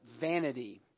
vanity